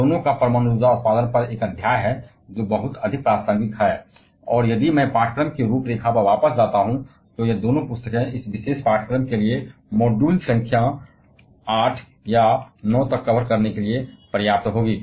दोनों का परमाणु ऊर्जा उत्पादन पर एक अध्याय है जो बहुत अधिक प्रासंगिक है और यदि मैं पाठ्यक्रम की रूपरेखा पर वापस जाता हूं तो यह दोनों पुस्तकें इस विशेष पाठ्यक्रम के लिए मॉड्यूल संख्या 8 या 9 को कवर करने के लिए पर्याप्त होंगी